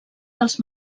dels